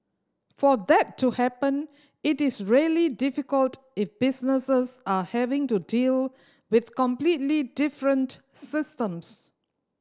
for that to happen it is really difficult if businesses are having to deal with completely different systems